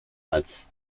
als